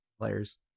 players